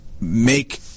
make